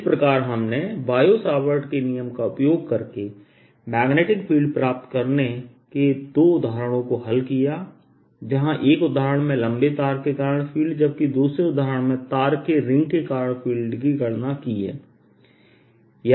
इस प्रकार हमने बायो सावर्ट के नियम का उपयोग करके मैग्नेटिक फील्ड प्राप्त करने के दो उदाहरणों को हल किया जहां एक उदाहरण में लंबे तार के कारण फील्ड जबकि दूसरे उदाहरण में तार के रिंग के कारण फील्ड की गणना की हैं